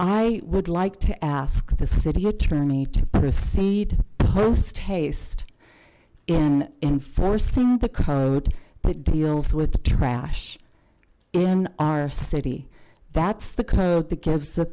i would like to ask the city attorney to proceed posthaste in enforcing the code that deals with trash in our city that's the code that gives the